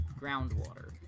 groundwater